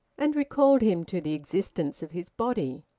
and recalled him to the existence of his body.